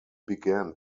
began